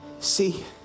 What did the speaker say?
See